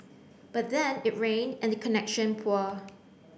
but then it rained and the connection poor